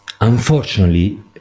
Unfortunately